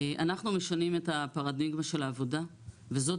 אנחנו משנים את הפרדיגמה של העבודה וזאת